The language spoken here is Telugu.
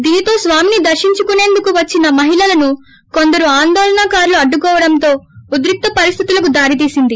దీనితో స్వామిని దర్పించుకుసేందుకు వచ్చిన మహిళలను కొందరు ఆందోళనకారులు అడ్డుకోవడంతో ఉద్రిక్త పరిస్థితులకు దారి తీసింది